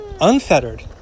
unfettered